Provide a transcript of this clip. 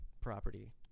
property